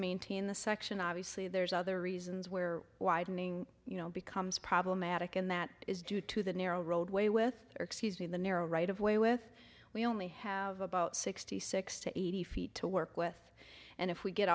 maintain the section obviously there's other reasons where widening you know becomes problematic and that is due to the narrow roadway with excuse me the narrow right of way with we only have about sixty six to eighty feet to work with and if we get